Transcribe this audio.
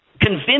convince